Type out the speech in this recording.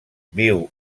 viu